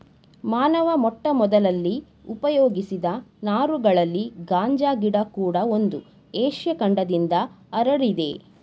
ಮಾನವ ಮೊಟ್ಟಮೊದಲಲ್ಲಿ ಉಪಯೋಗಿಸಿದ ನಾರುಗಳಲ್ಲಿ ಗಾಂಜಾ ಗಿಡ ಕೂಡ ಒಂದು ಏಷ್ಯ ಖಂಡದಿಂದ ಹರಡಿದೆ